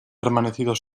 permanecido